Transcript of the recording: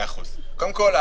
קודם כול,